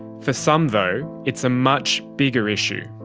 for some though it's a much bigger issue.